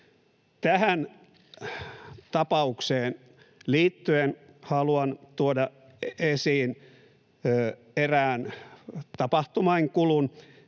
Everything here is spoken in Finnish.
Tähän tapaukseen liittyen haluan tuoda esiin erään tapahtumainkulun,